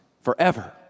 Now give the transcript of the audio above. forever